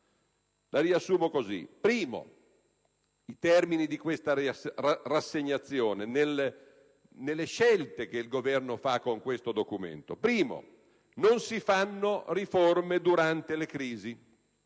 Riassumo così i termini di questa rassegnazione nelle scelte che il Governo fa con questo Documento: primo, non si fanno riforme durante le crisi;